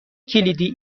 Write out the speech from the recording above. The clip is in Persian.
کلیدی